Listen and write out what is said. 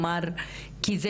כי זה